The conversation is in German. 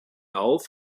auf